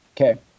okay